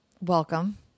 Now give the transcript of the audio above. welcome